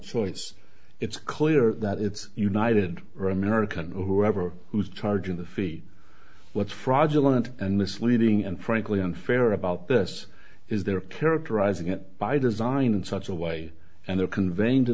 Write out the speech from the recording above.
choice it's clear that it's united or american or whoever who is charging the fee what's fraudulent and misleading and frankly unfair about this is they're characterizing it by design in such a way and they're conveying to